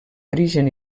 origen